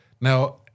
Now